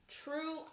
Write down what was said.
true